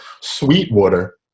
Sweetwater